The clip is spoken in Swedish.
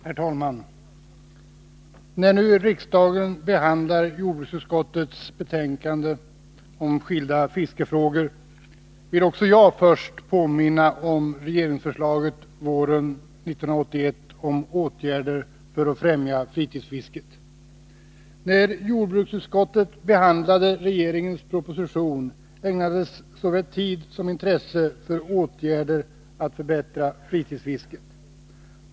Herr talman! När nu riksdagen behandlar jordbruksutskottets betänkande om skilda fiskefrågor vill också jag påminna om regeringsförslaget våren 1981 om åtgärder för att främja fritidsfisket. När jordbruksutskottet behandlade regeringens proposition, ägnade vi såväl tid som intresse åt åtgärder för att förbättra fritidsfisket.